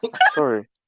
Sorry